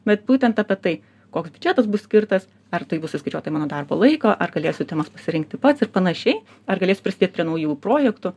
bet būtent apie tai koks biudžetas bus skirtas ar tai bus įskaičiuota į mano darbo laiką ar galėsiu temas pasirinkti pats ir panašiai ar galėsiu prisidėt prie naujų projektų